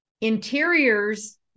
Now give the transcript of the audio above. interiors